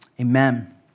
amen